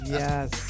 yes